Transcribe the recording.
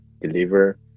deliver